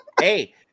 Hey